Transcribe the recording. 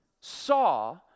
saw